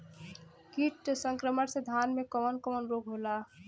कीट संक्रमण से धान में कवन कवन रोग होला?